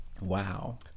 Wow